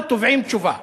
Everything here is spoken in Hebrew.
אנחנו תובעים תשובה.